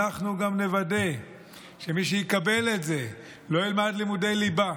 אנחנו גם נוודא שמי שיקבל את זה לא ילמד לימודי ליבה